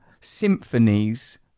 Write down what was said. symphonies